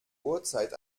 uhrzeit